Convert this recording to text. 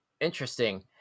Interesting